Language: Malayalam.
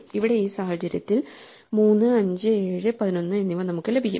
ഇവിടെ ഈ സാഹചര്യത്തിൽ 3 5 7 11 എന്നിവ നമുക്ക് ലഭിക്കും